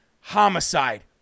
homicide